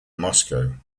moscow